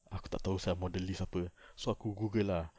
aku tak tahu sia module list apa so aku Google lah